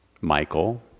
Michael